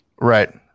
Right